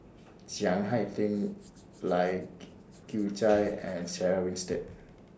Chiang Hai Ding Lai Kew Chai and Sarah Winstedt